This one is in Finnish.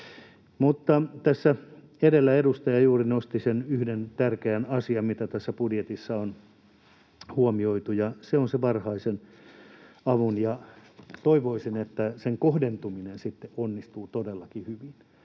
edellä edustaja juuri nosti sen yhden tärkeän asian, mitä tässä budjetissa on huomioitu, ja se on se varhainen apu. Toivoisin, että sen kohdentuminen sitten onnistuu todellakin hyvin.